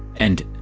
and,